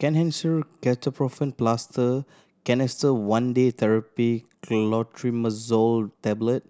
Kenhancer Ketoprofen Plaster Canesten One Day Therapy Clotrimazole Tablet